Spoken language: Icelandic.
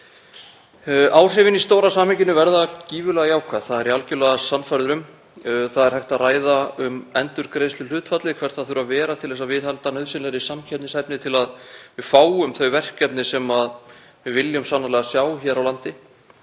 Áhrifin í stóra samhenginu verða gífurlega jákvæð, það er ég algjörlega sannfærður um. Það er hægt að ræða um endurgreiðsluhlutfallið, hvert það þurfi að vera til að viðhalda nauðsynlegri samkeppnishæfni, til að við fáum þau verkefni sem við viljum sannarlega sjá hér á landi.